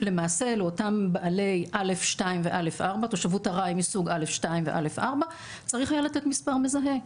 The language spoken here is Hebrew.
למעשה לאותם בעלי תושבות ארעי מסוג א/2-א/4 צריך היה לתת מספר מזהה.